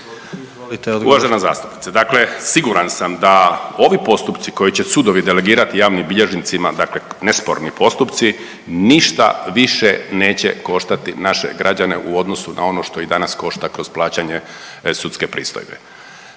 Uvažena zastupnice. Dakle siguran sam da ovi postupci koje će sudovi delegirati javnim bilježnicima, dakle nesporni postupci ništa više neće koštati naše građane u odnosu na ono što i danas košta kroz plaćanje sudske pristojbe,